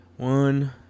one